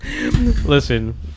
Listen